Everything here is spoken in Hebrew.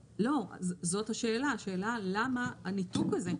השאלה היא למה הניתוק הזה?